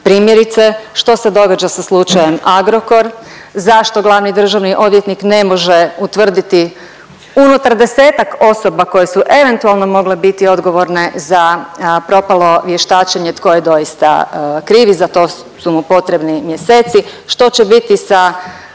primjerice što se događa sa slučajem Agrokor, zašto glavni državni odvjetnik ne može utvrditi unutar 10-tak osoba koje su eventualno mogle biti odgovorne za propalo vještačenje tko je doista kriv i za to su mu potrebni mjeseci, što će biti sa